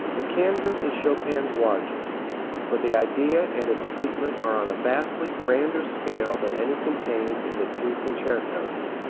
the canvas is chopin's largest for the idea and its treatment are on a vastly grander scale than any contained in the two concertos.